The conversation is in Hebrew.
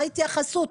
מה ההתייחסות?